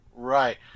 Right